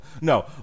no